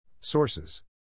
Sources